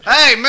Hey